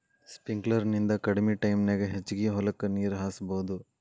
sprinkler ನಿಂದ ಕಡಮಿ ಟೈಮನ್ಯಾಗ ಹೆಚಗಿ ಹೊಲಕ್ಕ ನೇರ ಹಾಸಬಹುದು